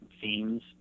themes